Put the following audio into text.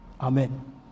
Amen